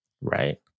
Right